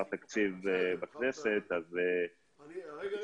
תקציב בכנסת אז אישרנו בעצם --- רגע,